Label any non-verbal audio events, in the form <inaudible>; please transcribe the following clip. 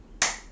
<noise>